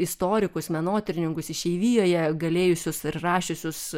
istorikus menotyrininkus išeivijoje galėjusius ir rašiusius